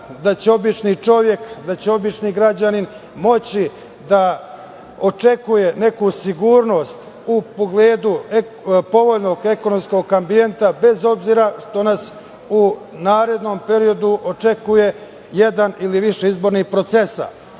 da će obični čovek, da će obični građanin moći da očekuje neku sigurnost u pogledu povoljnog ekonomskog ambijenta, bez obzira što nas u narednom periodu očekuje jedan ili više izbornih procesa.